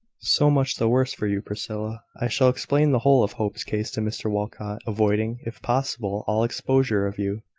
so much the worse for you, priscilla. i shall explain the whole of hope's case to mr walcot, avoiding, if possible, all exposure of you.